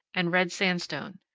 and red sandstone.